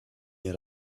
mir